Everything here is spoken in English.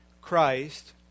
Christ